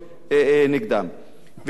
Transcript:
ולגבי הנשק הגרעיני של אירן,